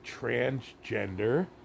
transgender